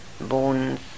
bones